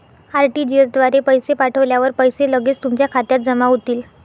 RTGS द्वारे पैसे पाठवल्यावर पैसे लगेच तुमच्या खात्यात जमा होतील